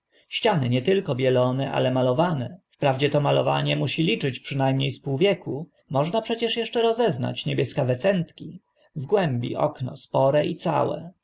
ściany nie tylko bielone ale malowane wprawdzie to malowanie musi liczyć przyna mnie z pół wieku można przecież eszcze rozeznać niebieskawe cętki w głębi okno spore i całe